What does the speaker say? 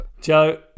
Joe